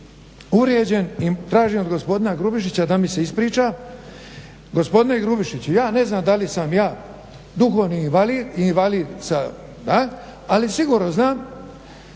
uvrijeđen i tražim od gospodina Grubišića da mi se ispriča. Gospodine Grubišiću ja ne znam da li sam ja duhovni invalid i invalid, ali sigurno znam